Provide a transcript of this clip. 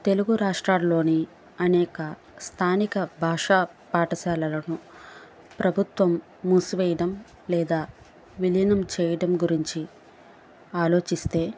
తెలుగు రాష్ట్రాల్లోని అనేక స్థానిక భాషా పాఠశాలలను ప్రభుత్వం మూసివేయడం లేదా విలీనం చేయడం గురించి ఆలోచిస్తే